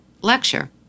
lecture